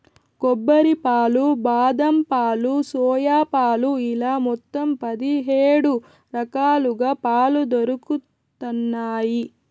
కొబ్బరి పాలు, బాదం పాలు, సోయా పాలు ఇలా మొత్తం పది హేడు రకాలుగా పాలు దొరుకుతన్నాయి